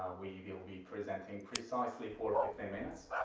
we will be presenting precisely for fifteen minutes,